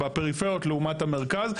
בפריפריות לעומת המרכז.